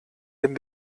den